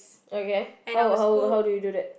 okay how how how do you do that